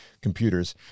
computers